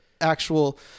actual